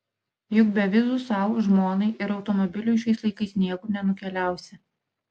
juk be vizų sau žmonai ir automobiliui šiais laikais niekur nenukeliausi